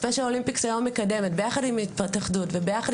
ספיישל אולימפיקס היום מקדמת ביחד עם ההתאחדות וביחד